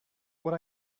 would